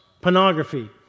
pornography